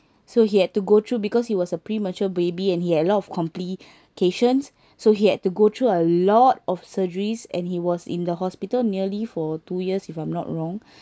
so he had to go through because he was a premature baby and he had a lot of complication so he had to go through a lot of surgeries and he was in the hospital nearly for two years if I'm not wrong